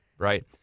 Right